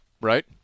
right